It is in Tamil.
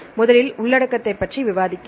முதலில் உள்ளடக்கத்தைப் பற்றி விவாதிக்கிறேன்